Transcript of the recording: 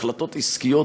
והחלטות עסקיות,